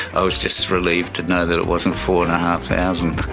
i was just relieved to know that it wasn't four thousand